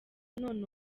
none